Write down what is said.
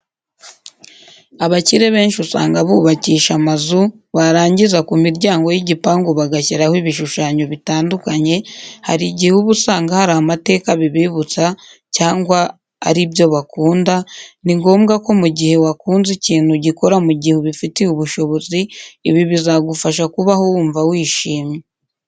Abakire benshi usanga bubakisha amazu barangiza ku miryango y'igipangu bagashyiraho ibishushanyo bitandukanye hari igihe uba usanga hari amateka bibibutsa cyangwa ari ibyo bakunda, ni ngombwa ko mu gihe wakunze ikintu ugikora mu gihe ubifitiye ubushobozi, ibi bizagufasha kubaho wumva wishimye.